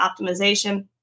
optimization